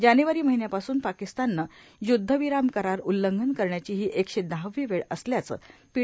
जानेवारी महिन्यापासून पाकिस्ताननं युद्धविराम करार उल्लंघन करण्याची ही एकशे दहावी वेळ असल्याचं पी